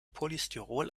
polystyrol